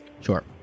Sure